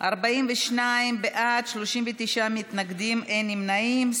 42 בעד, 39 מתנגדים, אין נמנעים.